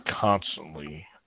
constantly